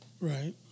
right